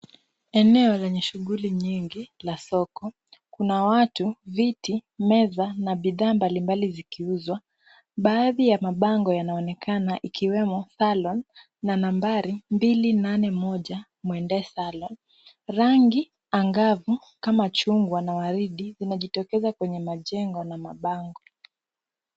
Eneo lenye shughuli nyingi la soko, kuna watu, viti, meza na bidhaa mbalimbali zikiuzwa, baadhi ya mabango yanaonekana ikiwemo salon na nambari mbili nane moja, Mwende salon , rangi angavu kama chungwa na waridi limejitokeza kwenye majengo na mabango.